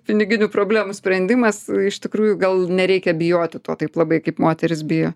piniginių problemų sprendimas iš tikrųjų gal nereikia bijoti to taip labai kaip moterys bijo